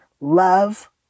love